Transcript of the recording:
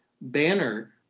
banner